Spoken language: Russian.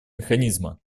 механизма